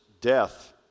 death